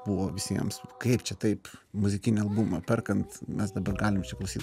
buvo visiems kaip čia taip muzikinį albumą perkant mes dabar galim čia klausyt